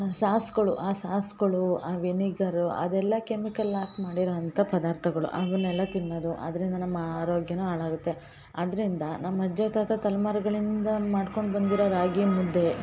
ಸಾಸ್ಗಳು ಆ ಸಾಸ್ಗಳು ಆ ವಿನಿಗರು ಅದೆಲ್ಲ ಕೆಮಿಕಲ್ ಹಾಕ್ ಮಾಡಿರೋ ಅಂಥ ಪದಾರ್ಥಗಳು ಅವನ್ನೆಲ್ಲ ತಿನ್ನೋದು ಅದರಿಂದ ನಮ್ಮ ಆರೋಗ್ಯವೂ ಹಾಳಾಗುತ್ತೆ ಆದ್ದರಿಂದ ನಮ್ಮ ಅಜ್ಜ ತಾತ ತಲೆಮಾರುಗಳಿಂದ ಮಾಡ್ಕೊಂಡು ಬಂದಿರೋ ರಾಗಿಮುದ್ದೆ